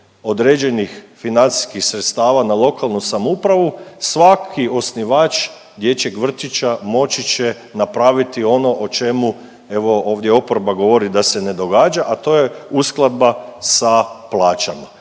određenih financijskih sredstava na lokalnu samoupravu svaki osnivač dječjeg vrtića moći će napraviti ono o čemu evo ovdje oporba govori da se ne događa, a to je uskladba sa plaćama,